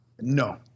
No